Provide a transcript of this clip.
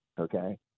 Okay